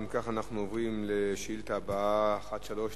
ואם כך, אנחנו עוברים לשאילתא הבאה, 1392,